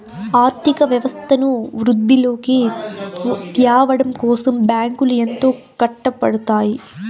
ఆర్థిక వ్యవస్థను వృద్ధిలోకి త్యావడం కోసం బ్యాంకులు ఎంతో కట్టపడుతాయి